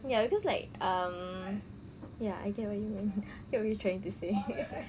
ya cause like um ya I get what you mean what you trying to say